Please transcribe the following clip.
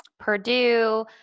Purdue